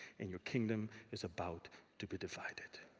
and your kingdom is about to be divided.